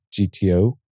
GTO